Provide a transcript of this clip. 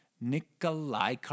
Nikolai